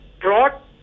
brought